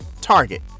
Target